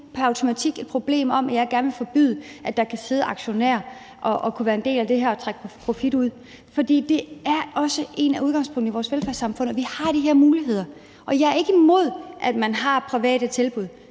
ikke pr. automatik et problem med eller vil forbyde, at der kan sidde aktionærer, som kan være en del af det her og trække profit ud. For det er også et af udgangspunkterne i vores velfærdssamfund, at vi har de her muligheder. Jeg er ikke imod, at man har private tilbud.